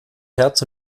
herz